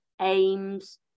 aims